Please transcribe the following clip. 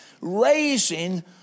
Raising